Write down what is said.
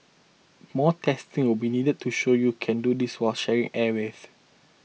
more testing will be needed to show you can do this while sharing airwaves